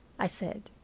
i said.